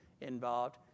involved